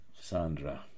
Sandra